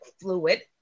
fluid